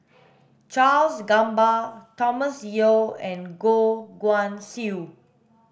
Charles Gamba Thomas Yeo and Goh Guan Siew